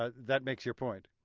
ah that makes your point.